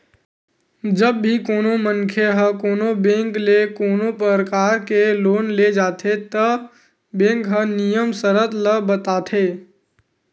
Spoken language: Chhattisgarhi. जब भी कोनो मनखे ह कोनो बेंक ले कोनो परकार के लोन ले जाथे त बेंक ह नियम सरत ल बताथे